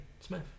Smith